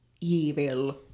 evil